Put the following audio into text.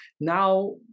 Now